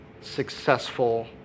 successful